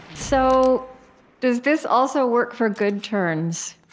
so does this also work for good turns?